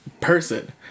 person